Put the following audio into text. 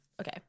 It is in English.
okay